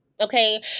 Okay